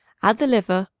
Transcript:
add the liver,